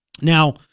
Now